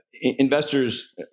Investors